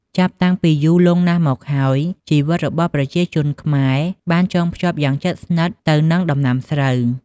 ចាប់តាំងពីយូរលង់ណាស់មកហើយ ជីវិតរបស់ប្រជាជនខ្មែរបានចងភ្ជាប់យ៉ាងជិតស្និទ្ធទៅនឹងដំណាំស្រូវ។